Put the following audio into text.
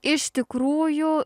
iš tikrųjų